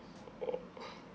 oh